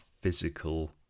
physical